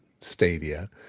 stadia